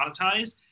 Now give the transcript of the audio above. monetized